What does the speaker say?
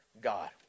God